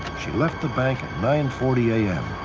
she left the bank at nine forty am.